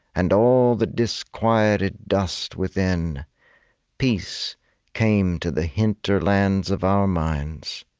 and all the disquieted dust within peace came to the hinterlands of our minds,